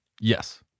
Yes